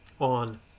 on